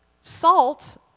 Salt